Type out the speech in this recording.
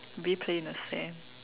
maybe play in the sand